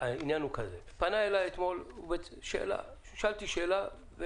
פנה אליי אתמול ושאל אותי שאלה,